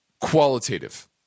qualitative